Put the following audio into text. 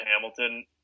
Hamilton